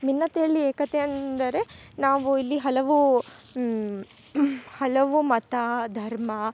ಭಿನ್ನತೆಯಲ್ಲಿ ಏಕತೆ ಅಂದರೆ ನಾವು ಇಲ್ಲಿ ಹಲವು ಹಲವು ಮತ ಧರ್ಮ